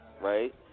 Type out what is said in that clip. right